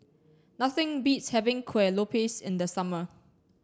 nothing beats having Kueh Lopes in the summer